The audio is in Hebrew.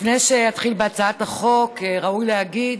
לפני שאתחיל בהצעת החוק ראוי להגיד